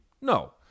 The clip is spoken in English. No